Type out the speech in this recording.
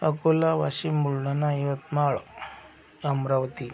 Akola Washim Buldhana Yavatmal Amravati